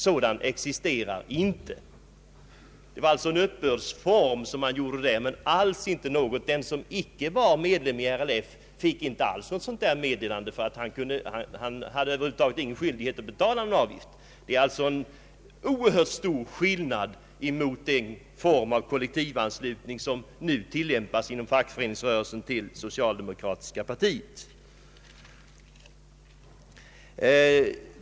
Sådan existerar inte. Det gällde alltså en uppbördsform, och den som inte var medlem i RLF hade inte någon skyldighet att betala någon avgift. Det är alltså en oerhört stor skillnad jämfört med den form av kollektivanslutning som nu tillämpas inom fackföreningsrörelsen till socialdemokratiska partiet.